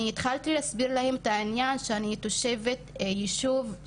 התחלתי להסביר להם את העניין שאני תושבת ישוב,